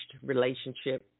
relationship